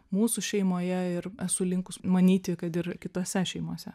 mūsų šeimoje ir esu linkus manyti kad ir kitose šeimose